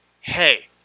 hey